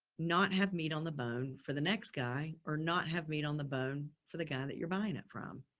not have meat on the bone for the next guy or not have meat on the bone for the guy that you're buying it from.